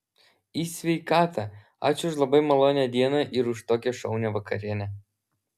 į sveikatą ačiū už labai malonią dieną ir už tokią šaunią vakarienę